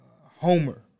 Homer